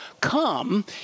come